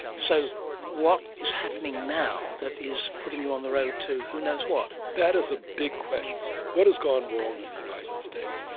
so what is happening now that is putting you on the road to who knows what? that is a big question. what has gone wrong in the united states?